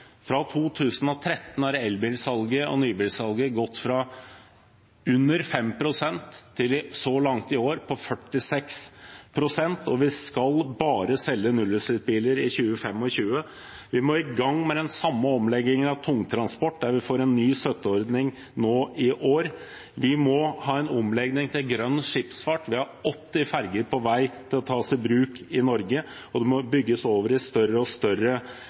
nybilsalget har gått fra under 5 pst. i 2013 til 46 pst. så langt i år, og vi skal selge bare nullutslippsbiler i 2025. Vi må i gang med den samme omleggingen av tungtransport, der vi får en ny støtteordning nå i år. Vi må ha en omlegging til grønn skipsfart. Vi har 80 ferger på vei til å tas i bruk i Norge, og det må bygges større og større